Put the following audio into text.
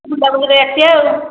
ଆସିବା ଆଉ